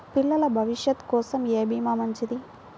పిల్లల భవిష్యత్ కోసం ఏ భీమా మంచిది?